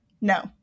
no